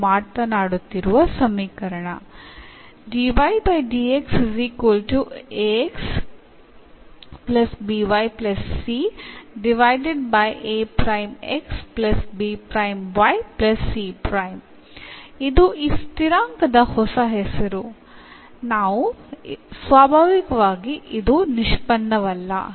നമ്മൾ സംസാരിക്കുന്നത് എന്ന ഈ രൂപത്തിലുള്ള സമവാക്യത്തെ കുറിച്ചാണ്